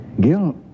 Gil